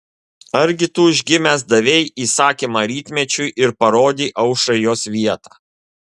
argi tu užgimęs davei įsakymą rytmečiui ir parodei aušrai jos vietą